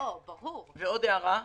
ועוד הערה: